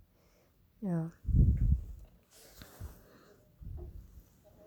ya